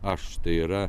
aš tai yra